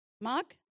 Mark